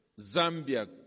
Zambia